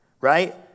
right